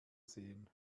sehen